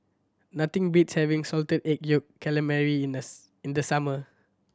nothing beats having Salted Egg Yolk Calamari in the in the summer